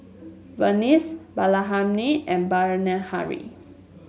Verghese Bilahamni and Bilahari